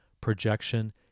projection